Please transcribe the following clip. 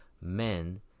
men